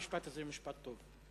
המשפט הזה הוא משפט טוב,